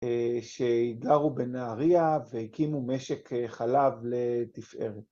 ‫שגרו בנהריה והקימו משק חלב לתפארת.